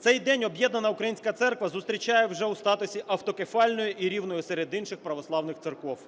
Цей день об'єднана українська церква зустрічає вже у статусі автокефальної і рівної серед інших православних церков.